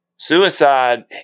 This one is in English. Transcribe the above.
Suicide